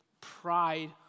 pride